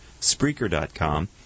Spreaker.com